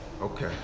Okay